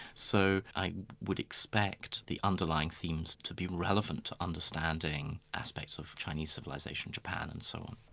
so i would expect the underlying themes to be relevant to understanding aspects of chinese civilisation, japan and so on.